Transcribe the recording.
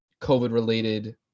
COVID-related